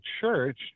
church